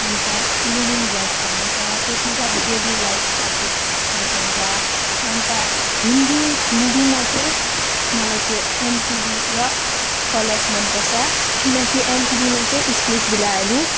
अन्त लुमिन ब्लग भन्ने छ त्यसमा चाहिँ अब डेली लाइफ अपडेट देखाउँछ अन्त हिन्दी हिन्दीमा चाहिँ मलाई त्यो एम टिभी र कलर्स मन पर्छ किनकि एमटिभीमा चाहिँ स्प्लिट्सभिलाहरू